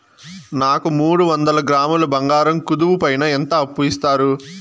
నాకు మూడు వందల గ్రాములు బంగారం కుదువు పైన ఎంత అప్పు ఇస్తారు?